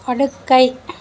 படுக்கை